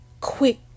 quick